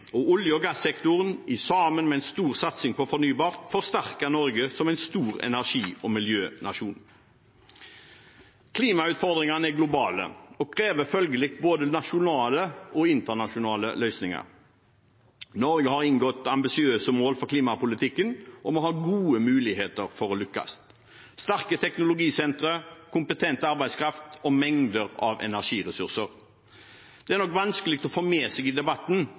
og olje- og gassektoren, sammen med en stor satsing på fornybar, forsterker Norge som en stor energi- og miljønasjon. Klimautfordringene er globale og krever følgelig både nasjonale og internasjonale løsninger. Norge har inngått ambisiøse mål for klimapolitikken, og vi har gode muligheter for å lykkes – med sterke teknologisentre, kompetent arbeidskraft og mengder av energiressurser. Det er nok vanskelig å få med seg i debatten,